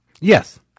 yes